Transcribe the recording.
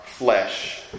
flesh